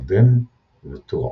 ירדן ותורעה.